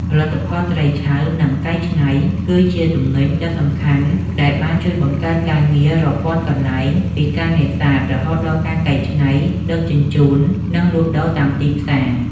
ផលិតផលត្រីឆៅ និងកែច្នៃ គឺជាទំនិញដ៏សំខាន់ដែលបានជួយបង្កើតការងាររាប់ពាន់កន្លែង ពីការនេសាទ រហូតដល់ការកែច្នៃ ដឹកជញ្ជូន និងលក់ដូរតាមទីផ្សារ។